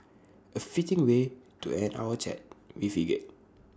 A fitting way to end our chat we figured